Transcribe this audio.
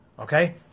Okay